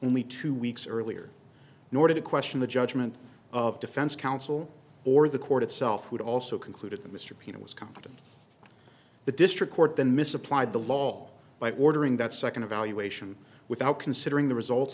only two weeks earlier in order to question the judgment of defense counsel or the court itself would also concluded that mr peter was competent the district court then misapplied the law by ordering that second evaluation without considering the results